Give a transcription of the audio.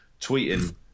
tweeting